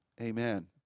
Amen